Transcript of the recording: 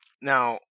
Now